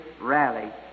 rally